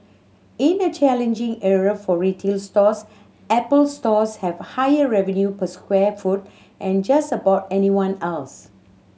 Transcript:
in a challenging era for retail stores Apple stores have higher revenue per square foot than just about anyone else